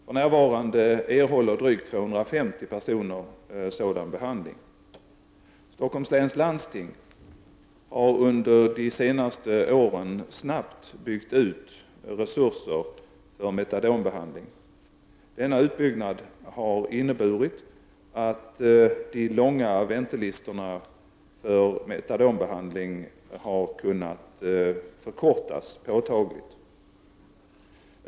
För närvarande erhåller drygt 250 personer sådan behandling. Stockholms läns landsting har under de senaste fem åren snabbt byggt upp resurser för metadonbehandling. Denna utbyggnad har inneburit att de långa väntelistorna för metadonbehandling har kunnat förkortas påtagligt.